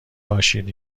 باشید